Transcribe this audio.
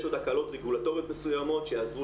יש עוד הקלות רגולטוריות מסוימות שיעזרו